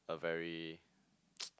a very